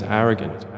arrogant